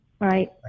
right